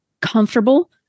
comfortable